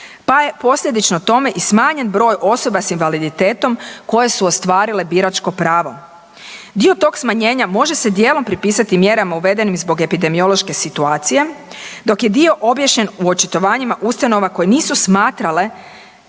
pa je posljedično tome i smanjen broj osoba s invaliditetom koje su ostvarile biračko pravo. Dio tog smanjenja može se dijelom pripisati mjerama uvedenim zbog epidemiološke situacije dok je dio obješen u očitovanjima ustanova koje nisu smatrale